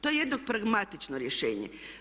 To je jedno pragmatično rješenje.